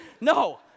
no